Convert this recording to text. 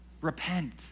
repent